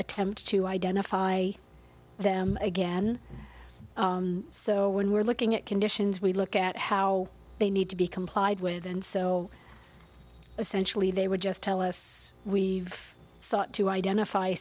attempt to identify them again so when we're looking at conditions we look at how they need to be complied with and so essentially they would just tell us we have sought to identify